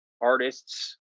artists